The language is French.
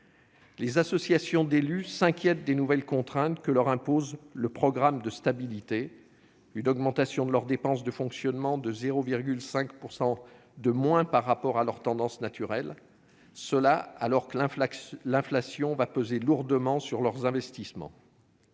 Les associations d'élus s'inquiètent des nouvelles contraintes que leur impose le programme de stabilité, à savoir une augmentation de leurs dépenses de fonctionnement inférieure de 0,5 % par rapport à leur tendance naturelle, alors que l'inflation pèsera lourdement sur leurs investissements.